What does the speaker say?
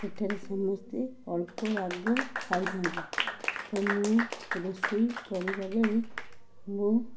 ସେଠାରେ ସମସ୍ତେ ଅଳ୍ପ ରାଗ ଖାଇଥାନ୍ତି ତ ମୁଁ ରୋଷେଇ କରିବା ବେଳେ ମୋ